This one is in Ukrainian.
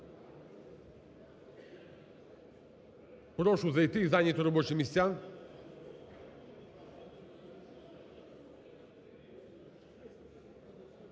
Прошу зайти і зайняти робочі місця.